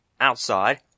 outside